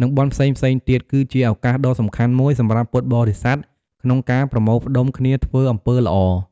និងបុណ្យផ្សេងៗទៀត គឺជាឱកាសដ៏សំខាន់មួយសម្រាប់ពុទ្ធបរិស័ទក្នុងការប្រមូលផ្ដុំគ្នាធ្វើអំពើល្អ។